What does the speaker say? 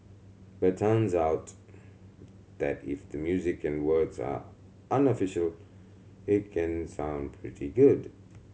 but turns out that if the music and words are unofficial it can sound pretty good